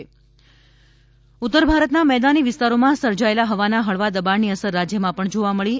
વરસાદ ઉત્તર ભારતના મેદાની વિસ્તારોમાં સર્જાયેલા હવાના હળવા દબાણની અસર રાજ્યમાં પણ જોવા મળી છે